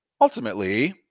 ultimately